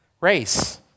race